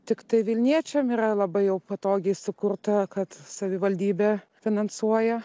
tiktai vilniečiam yra labai jau patogiai sukurta kad savivaldybė finansuoja